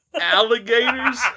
alligators